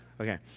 Okay